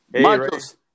Marcos